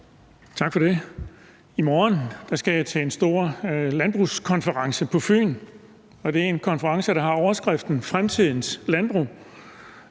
I morgen skal jeg til en stor landbrugskonference på Fyn, og det er en konference, der har overskriften »Fremtidens landbrug«.